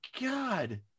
god